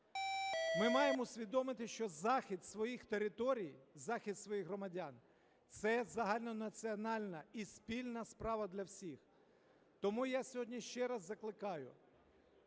Ми маємо усвідомити, що захист своїх територій, захист своїх громадян – це загальнонаціональна і спільна справа для всіх. Тому я сьогодні ще раз закликаю